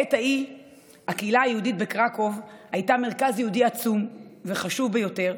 בעת ההיא הקהילה היהודית בקרקוב הייתה מרכז יהודי עצום וחשוב ביותר,